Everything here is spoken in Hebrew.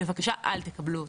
בבקשה אל תקבלו אותם.